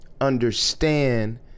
understand